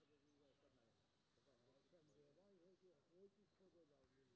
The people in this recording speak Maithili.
सोनालिका रोटावेटर पर कतेक छूट मिलते?